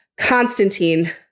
Constantine